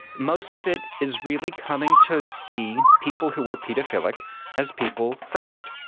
most of it is really coming to see people who were paedophilic as people first.